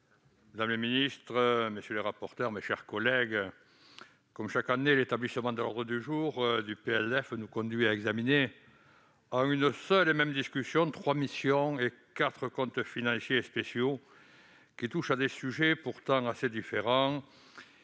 madame la ministre, mes chers collègues, comme chaque année, l'établissement de l'ordre du jour du PLF nous conduit à examiner en une seule et même discussion trois missions et quatre comptes financiers et spéciaux, qui touchent à des sujets pourtant assez différents,